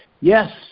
yes